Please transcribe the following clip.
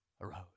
arose